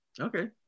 Okay